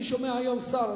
אני שומע היום שר,